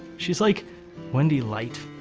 she's like wendy-light.